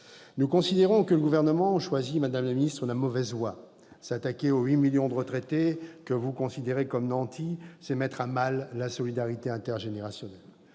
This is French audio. nous considérons que le Gouvernement choisit la mauvaise voie : s'attaquer aux 8 millions de retraités, que vous considérez comme des nantis, c'est mettre à mal la solidarité intergénérationnelle.